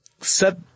set